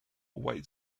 white